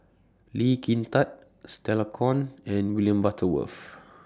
Lee Kin Tat Stella Kon and William Butterworth